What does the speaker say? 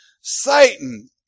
Satan